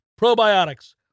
probiotics